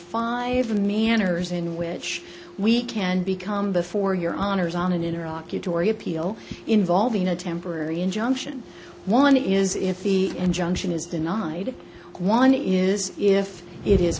five meanders in which we can become before your honor's on in iraq you tory appeal involving a temporary injunction one is if the injunction is denied one is if it is